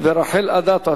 ורחל אדטו.